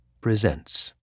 presents